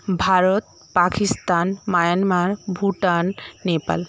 Bharat Pakistan Myanmar Bhutan Nepal